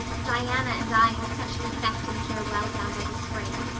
diana and i had such an affecting farewell down by the spring.